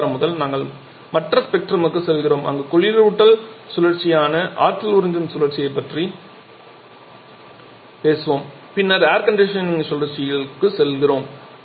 அடுத்த வாரம் முதல் நாங்கள் மற்ற ஸ்பெக்ட்ரமுக்குச் செல்கிறோம் அங்கு குளிரூட்டல் சுழற்சியான ஆற்றல் உறிஞ்சும் சுழற்சியைப் பற்றி பேசுவோம் பின்னர் ஏர் கண்டிஷனிங் சுழற்சிகளுக்கு செல்கிறோம்